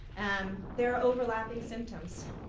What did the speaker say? um there are overlapping symptoms.